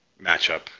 matchup